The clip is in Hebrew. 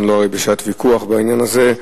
אנחנו הרי לא בשעת ויכוח בעניין הזה.